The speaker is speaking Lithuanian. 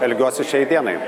elgiuosi šiai dienai